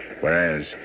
Whereas